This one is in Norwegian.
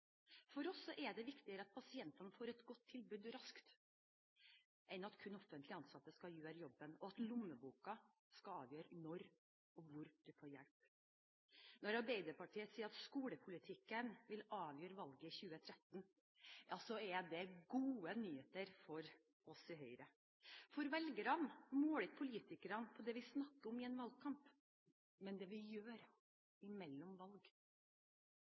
For oss er det viktigere at pasientene får et godt tilbud raskt, enn at kun offentlig ansatte skal gjøre jobben, og at lommeboken skal avgjøre når og hvor du får hjelp. Når Arbeiderpartiet sier at skolepolitikken vil avgjøre valget i 2013, er det gode nyheter for oss i Høyre, for velgerne måler ikke politikerne på det vi snakker om i en valgkamp, men det vi gjør imellom valg.